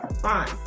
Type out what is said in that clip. fine